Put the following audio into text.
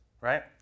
right